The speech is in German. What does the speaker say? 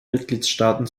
mitgliedstaaten